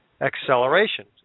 acceleration